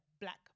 black